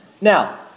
Now